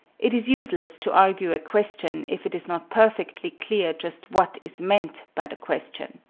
it is useless to argue a question if it is not perfectly clear just what is meant by the question.